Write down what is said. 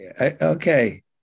okay